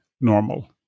normal